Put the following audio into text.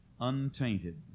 untainted